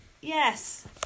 Yes